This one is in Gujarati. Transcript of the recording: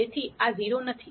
તેથી આ 0 નથી